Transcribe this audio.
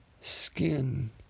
skin